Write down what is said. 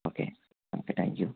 okay okay thank you